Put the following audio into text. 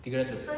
tiga ratus